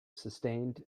sustained